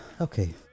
okay